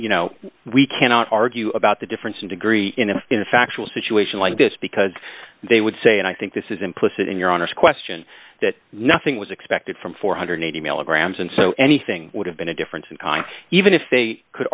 you know we can argue about the difference in degree in a factual situation like this because they would say and i think this is implicit in your honour's question that nothing was expected from four hundred and eighty milligrams and so anything would have been a difference in kind even if they could